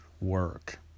work